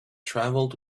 travelled